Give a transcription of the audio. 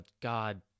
God